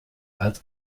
als